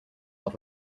off